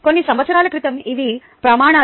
కొన్ని సంవత్సరాల క్రితం ఇవి ప్రమాణాలు